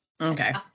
Okay